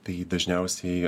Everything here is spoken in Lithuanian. tai jį dažniausiai